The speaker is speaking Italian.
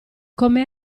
come